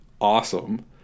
awesome